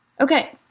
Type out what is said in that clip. Okay